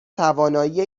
توانایی